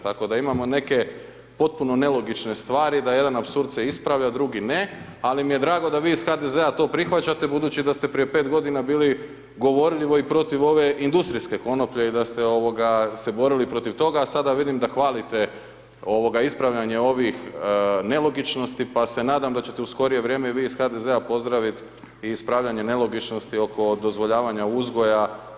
Tako da imamo neke potpuno nelogične stvari da jedan apsurd se ispravlja a drugi ne ali mi je drago da vi iz HDZ-a to prihvaćate budući da ste prije 5 godina bili govorljivo i protiv ove industrijske konoplje i da ste borili se protiv toga a sada vidim da hvalite ispravljanje ovih nelogičnosti pa se nadam da ćete u skorije vrijeme i vi iz HDZ-a pozdraviti i ispravljanje nelogičnosti oko dozvoljavanja uzgoja i medicinske konoplje.